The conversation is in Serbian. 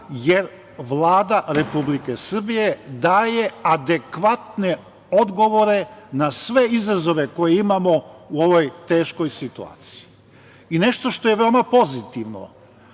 jer Vlada Republike Srbije daje adekvatne odgovore na sve izazove koje imamo u ovoj teškoj situaciji i nešto što je veoma pozitivno,